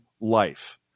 life